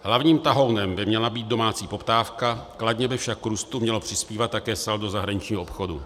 Hlavním tahounem by měla být domácí poptávka, kladně by však k růstu mělo přispívat také saldo zahraničního obchodu.